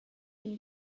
been